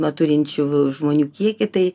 na turinčių žmonių kiekį tai